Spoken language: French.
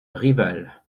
rival